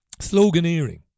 sloganeering